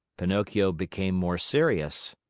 pinocchio became more serious.